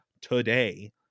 today